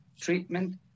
treatment